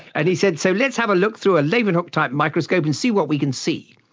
and he said, so let's have a look through a leeuwenhoek type microscope and see what we can see.